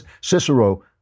Cicero